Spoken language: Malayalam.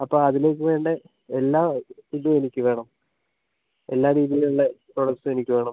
അപ്പോൾ അതിലേക്ക് വേണ്ട എല്ലാ ഇതും എനിക്ക് വേണം എല്ലാ രീതിയിലുള്ള പ്രൊഡക്റ്റ്സും എനിക്ക് വേണം